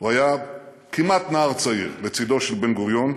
הוא היה כמעט נער צעיר לצדו של בן-גוריון,